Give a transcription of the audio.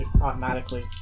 automatically